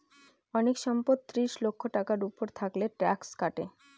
অনেক সম্পদ ত্রিশ লক্ষ টাকার উপর থাকলে ট্যাক্স কাটে